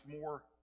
more